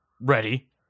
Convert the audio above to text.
ready